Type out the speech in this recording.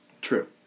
True